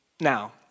Now